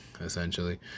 essentially